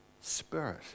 Spirit